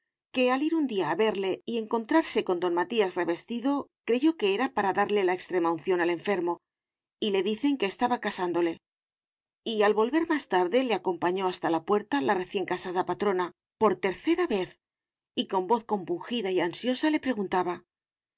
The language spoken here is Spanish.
que al ir un día a verle y encontrarse con don matías revestido creyó que era para darle la extremaunción al enfermo y le dicen que estaba casándole y al volver más tarde le acompañó hasta la puerta la recién casada patrona por tercera vez y con voz compungida y ansiosa le preguntaba